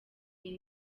iyi